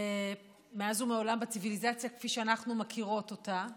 מאז ומעולם בציוויליזציה כפי שאנחנו מכירות אותה,